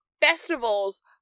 festivals